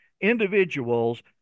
individuals